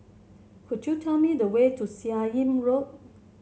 could you tell me the way to Seah Im Road